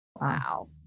Wow